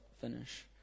finish